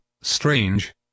strange